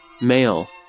male